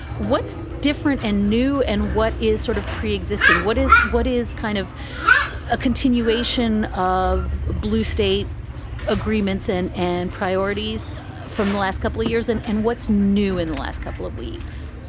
what's different and new and what is sort of pre-existing? what is what is kind of a continuation of blue state agreements and and priorities from the last couple of years and and what's new in the last couple of weeks?